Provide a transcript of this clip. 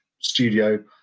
studio